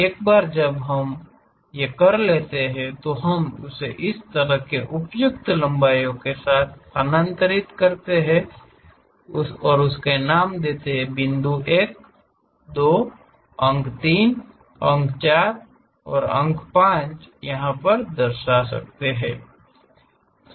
एक बार जब हम इसके साथ हो जाते हैं तो हम उस तरह से उपयुक्त लंबाई को स्थानांतरित करके बिन्दु 1 अंक 2 अंक 3 अंक 4 वें 5 वें अंक को यहा पर दर्शा सकते हैं